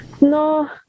No